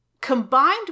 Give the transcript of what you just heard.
combined